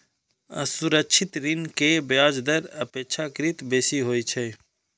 असुरक्षित ऋण के ब्याज दर अपेक्षाकृत बेसी होइ छै